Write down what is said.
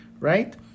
Right